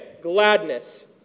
gladness